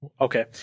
Okay